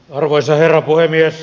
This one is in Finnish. arvoisa herra puhemies